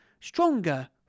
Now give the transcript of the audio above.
Stronger